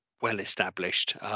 well-established